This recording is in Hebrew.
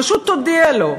פשוט תודיע לו.